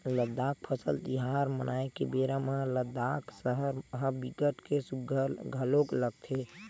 लद्दाख फसल तिहार मनाए के बेरा म लद्दाख सहर ह बिकट के सुग्घर घलोक लगथे